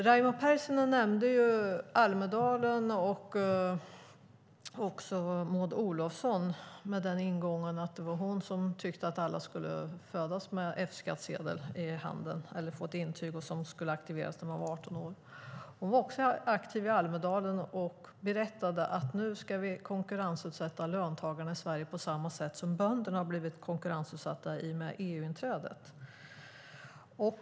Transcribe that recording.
Raimo Pärssinen nämnde Almedalen och Maud Olofsson med ingången att det var hon som tyckte att alla skulle födas med F-skattsedel i handen, eller få ett intyg som skulle aktiveras när man blev 18 år. Hon var aktiv i Almedalen och berättade: Nu ska vi konkurrensutsätta löntagarna i Sverige på samma sätt som bönderna har blivit konkurrensutsatta i och med EU-inträdet.